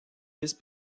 vice